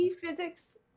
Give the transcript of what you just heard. physics